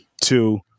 two